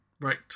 Right